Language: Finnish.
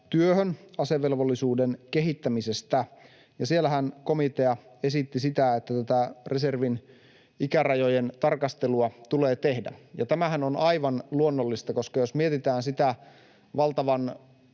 komiteatyöhön asevelvollisuuden kehittämisestä. Siellähän komitea esitti sitä, että tätä reservin ikärajojen tarkastelua tulee tehdä. Ja tämähän on aivan luonnollista, jos mietitään sitä valtavan